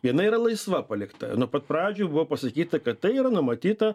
viena yra laisva palikta nuo pat pradžių buvo pasakyta kad tai yra numatyta